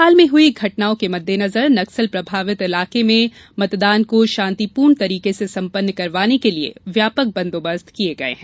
हाल में हुई घटनाओं के मद्देनजर नक्सल प्रभावित इलाके में मतदान को शान्तिपूर्ण तरीके से सम्पन्न करवाने के लिए व्यापक बन्दोबस्त किए गए है